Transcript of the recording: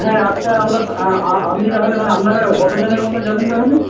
হ্যাঁ আচ্ছা আমরা আপনি তাহলে মানে আপনারা কতজনের মতো যাবেন তাহলে